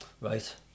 Right